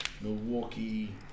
Milwaukee